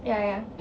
ya ya